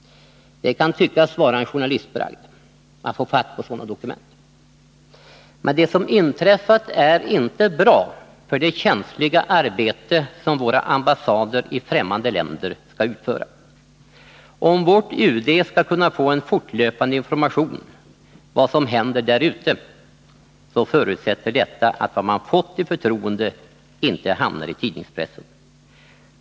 Det kan tyckas vara en journalistbragd att få fatt på sådana dokument. Men det som inträffat är inte bra för det känsliga arbete som våra ambassader i främmande länder skall utföra. Om vårt UD skall kunna få en fortlöpande information om vad som händer där ute, så förutsätter detta att vad man fått veta i förtroende inte hamnar i pressen.